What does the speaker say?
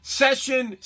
session